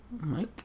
Mike